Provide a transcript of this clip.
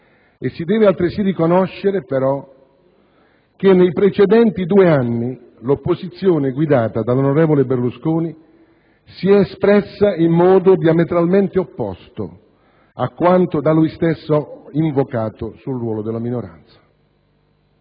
Si deve altresì riconoscere però che nei precedenti due anni l'opposizione guidata dall'onorevole Berlusconi si è espressa in modo diametralmente opposto a quanto da lui stesso invocato sul ruolo della minoranza.